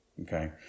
Okay